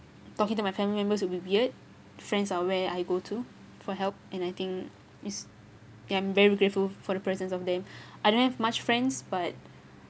talking to my family members will be weird friends are where I go to for help and I think it's that I'm grateful for the presence of them I don't have much friends but